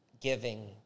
giving